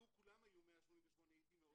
לא כולם היו 188% הייתי מאוד מודאג.